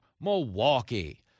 Milwaukee